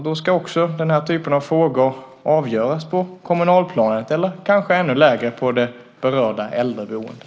Då ska också den här typen av frågor avgöras på kommunalplanet eller kanske ännu lägre, på det berörda äldreboendet.